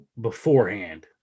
beforehand